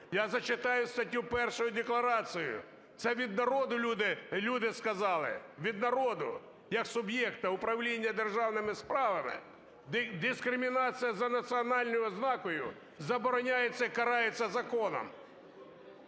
Я зачитаю статтю 1 Декларації, це від народу люди сказали, від народу як суб'єкта управління державними справами: "Дискримінація за національною ознакою зобороняється і карається законом".